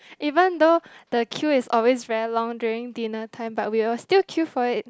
even though the queue is always very long during dinner time but we're still queue for it